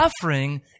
Suffering